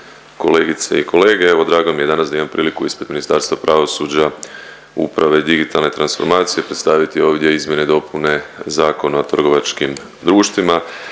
kolegice i kolege, evo drago mi je danas da imam priliku ispred Ministarstva pravosuđa, uprave i digitalne transformacije predstaviti ovdje izmjene i dopune Zakona o trgovačkim društvima.